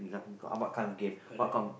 we got uh what kind of game what kind of